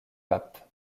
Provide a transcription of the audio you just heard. pape